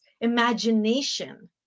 imagination